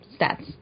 stats